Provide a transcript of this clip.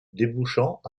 débouchant